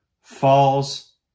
falls